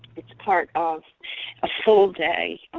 it's part of a full day.